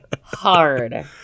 hard